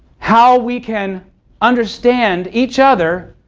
how we can understand each other,